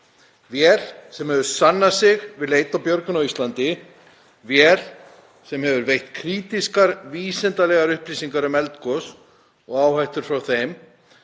Vél sem hefur sannað sig við leit og björgun á Íslandi, vél sem hefur veitt krítískar, vísindalegar upplýsingar um eldgos og hættu af þeim,